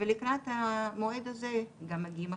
ולקראת המועד הזה גם מגיעים החיסונים.